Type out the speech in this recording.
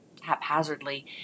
haphazardly